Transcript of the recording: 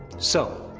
so,